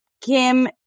Kim